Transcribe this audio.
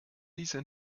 dieser